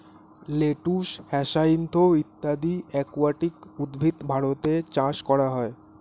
lettuce, hyacinth ইত্যাদি অ্যাকুয়াটিক উদ্ভিদ ভারতে চাষ করা হয়